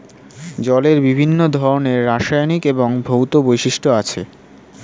জলের বিভিন্ন ধরনের রাসায়নিক এবং ভৌত বৈশিষ্ট্য আছে